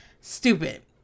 stupid